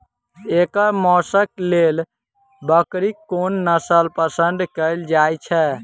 एकर मौशक लेल बकरीक कोन नसल पसंद कैल जाइ छै?